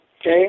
okay